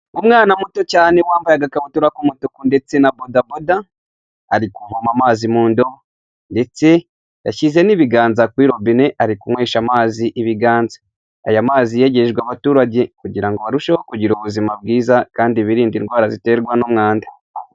Umwana muto cyane wambaye agaka ikabutura k'umutuku ndetse na bodabode ari kuvoma amazi mu ndobo ndetse yashyize n'ibiganza kuri robine ari kunywesha amazi ibiganza. Aya mazi yegerejwe abaturage kugira ngo arusheho kugira ubuzima bwiza kandi birinda indwara ziterwa n'umwanda.